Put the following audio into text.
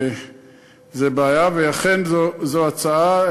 זו בעיה, ואכן זו הצעה.